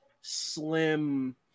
slim